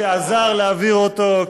שעזר להעביר אותו,